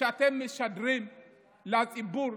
שאתם משדרים לציבור,